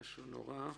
משהו נורא.